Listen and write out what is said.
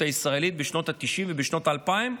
הישראלית בשנות התשעים ובשנות האלפיים.